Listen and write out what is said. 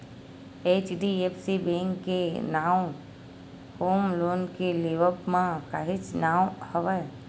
HDFC bank के नांव home loan के लेवब म काहेच नांव हवय